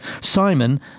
Simon